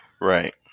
right